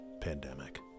pandemic